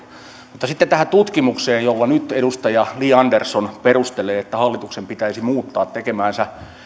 mutta sitten tähän tutkimukseen jolla nyt edustaja li andersson perustelee että hallituksen pitäisi muuttaa tekemäänsä